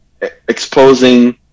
exposing